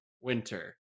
winter